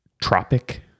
Tropic